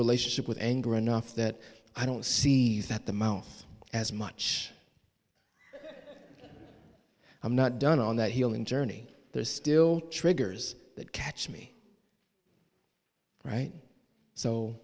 relationship with anger enough that i don't see that the mouth as much i'm not done on that healing journey there's still triggers that catch me right so